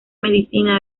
medicina